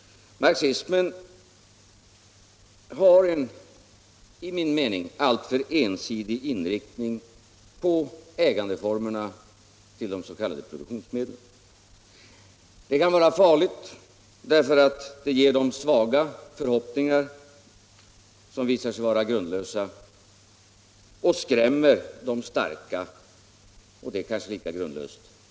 Marxismen har en i min mening alltför ensidig inriktning på formerna för ägandet av de s.k. produktionsmedlen. Det kan vara farligt därför Nr 36 att det ger de svaga förhoppningar, som måhända visar sig vara grundlösa, Fredagen den och skrämmer de starka — vilket kanske är lika grundlöst.